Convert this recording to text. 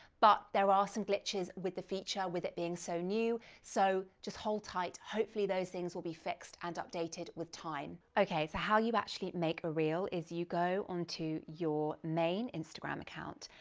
but there are some glitches with the feature with it being so new, so just hold tight. hopefully, those things will be fixed and updated with time. okay, so how you actually make a reel, is you go on to your main instagram account,